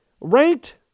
ranked